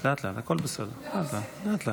אני